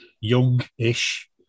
Young-ish